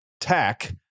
tack